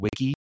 wiki